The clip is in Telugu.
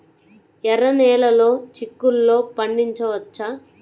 ఎర్ర నెలలో చిక్కుల్లో పండించవచ్చా?